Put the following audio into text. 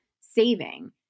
saving